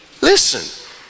Listen